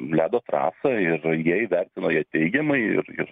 ledo trasą ir jie įvertino ją teigiamai ir